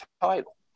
title